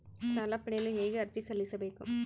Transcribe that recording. ಸಾಲ ಪಡೆಯಲು ಹೇಗೆ ಅರ್ಜಿ ಸಲ್ಲಿಸಬೇಕು?